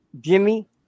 Jimmy